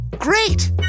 Great